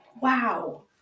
Wow